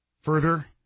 further